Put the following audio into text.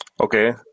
Okay